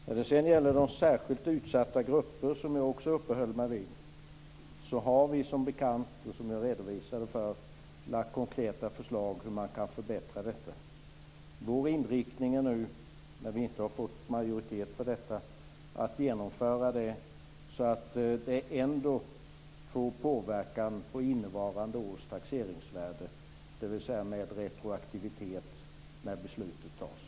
När det sedan gäller de särskilt utsatta grupperna, som jag också uppehöll mig vid, har vi som bekant lagt fram konkreta förslag om hur man kan förbättra för dem. Vår inriktning är, när vi nu inte har fått majoritet för det, att genomföra detta så att det ändå får påverkan på innevarande års taxeringsvärden, dvs. med retroaktivitet när beslutet fattas.